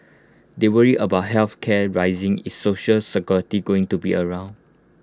they worried about health care rising is Social Security going to be around